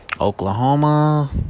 Oklahoma